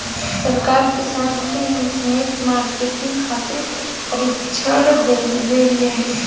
सरकार किसान के नेट मार्केटिंग खातिर प्रक्षिक्षण देबेले?